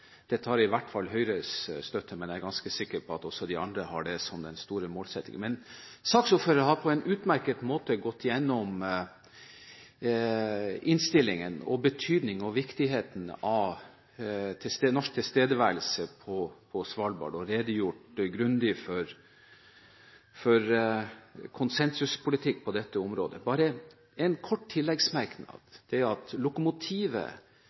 dette i hvert fall har Høyres støtte, men jeg er ganske sikker på at også de andre har dette som den store målsettingen. Saksordføreren har på en utmerket måte gått gjennom innstillingen og betydningen og viktigheten av norsk tilstedeværelse på Svalbard og redegjort grundig for konsensuspolitikk på dette området. Jeg har bare en kort tilleggsmerknad, og det er at lokomotivet